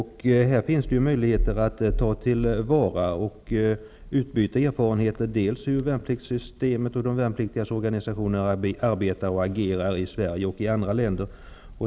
Här finns möjligheter att ta till vara och utbyta erfarenheter bl.a. om värnpliktssystemet och om hur de värnpliktigas organisationer ar betar och agerar i Sverige och i andra länder.